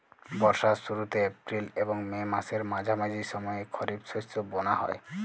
বর্ষার শুরুতে এপ্রিল এবং মে মাসের মাঝামাঝি সময়ে খরিপ শস্য বোনা হয়